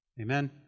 Amen